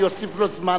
אני אוסיף לו זמן.